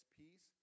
peace